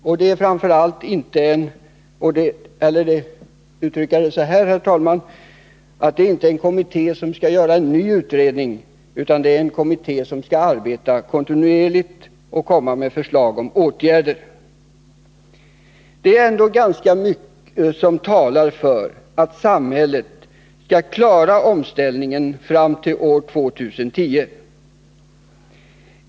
Och framför allt är detta inte en kommitté som skall göra en ny utredning, utan en kommitté som skall arbeta kontinuerligt och komma med förslag om åtgärder. Det är ändå ganska mycket som talar för att samhället skall klara omställningen fram till år 2010.